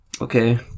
Okay